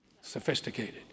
sophisticated